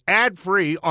ad-free